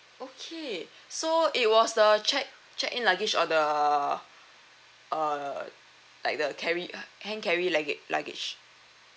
okay so it was the check check in luggage or the err like the carry ha~ hand carry lugga~ luggage